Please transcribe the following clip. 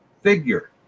figure